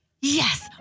Yes